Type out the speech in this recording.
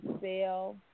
sale